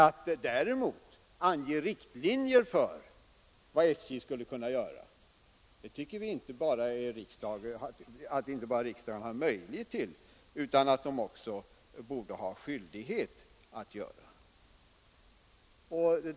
Att däremot ange riktlinjer för vad SJ skulle kunna göra anser vi att riksdagen har inte bara möjlighet utan också skyldighet till.